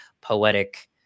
poetic